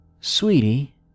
Sweetie